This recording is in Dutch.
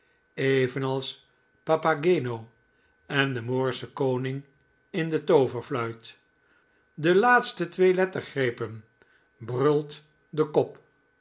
evenals papageno en de moorsche koning in de tooverfluit de laatste twee lettergrepen bruit de kop